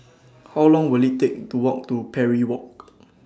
How Long Will IT Take to Walk to Parry Walk